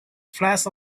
flash